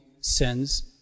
sins